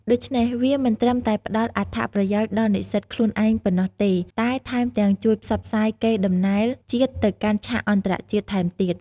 ដូច្នេះ វាមិនត្រឹមតែផ្តល់អត្ថប្រយោជន៍ដល់និស្សិតខ្លួនឯងប៉ុណ្ណោះទេ តែថែមទាំងជួយផ្សព្វផ្សាយកេរដំណែលជាតិទៅកាន់ឆាកអន្តរជាតិថែមទៀត។